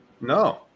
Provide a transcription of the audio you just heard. No